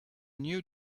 new